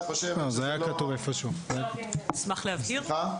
זה היה כתוב איפשהו באחד המסמכים,